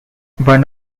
one